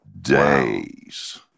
days